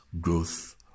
growth